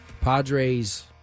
Padres